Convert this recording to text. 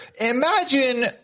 Imagine